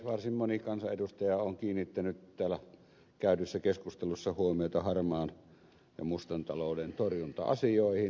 varsin moni kansanedustaja on kiinnittänyt täällä käydyssä keskustelussa huomiota harmaan ja mustan talouden torjunta asioihin